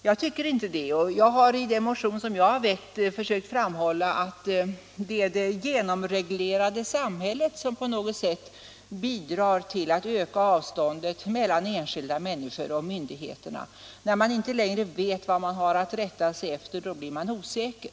Jag tycker inte det, och jag har i den motion som jag har väckt försökt framhålla att det är det genomreglerade samhället som på något sätt bidrar till att öka avståndet mellan enskilda människor och myndigheterna. När man inte längre vet vad man har att rätta sig efter blir man osäker.